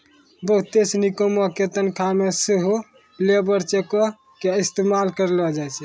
बहुते सिनी कामो के तनखा मे सेहो लेबर चेको के इस्तेमाल करलो जाय छै